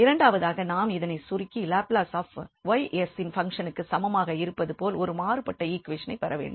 இரண்டாவதாக நாம் இதனைச் சுருக்கி லாப்லஸ் ஆப் y s ன் பங்க்ஷனுக்குச் சமமாக இருப்பது போல் ஒரு மாறுபட்ட ஈக்வேஷனை பெற வேண்டும்